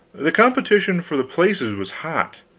the competition for the places was hot.